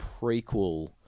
prequel